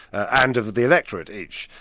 and of the electorate each.